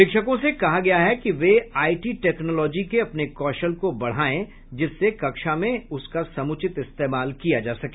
शिक्षकों से कहा गया है कि वे आईटी टेक्नोलॉजी के अपने कौशल को बढाये जिससे कक्षा में उसका समुचित इस्तेमाल किया जा सके